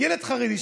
ילד חרדי,